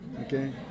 okay